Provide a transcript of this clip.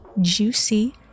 juicy